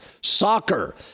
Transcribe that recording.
soccer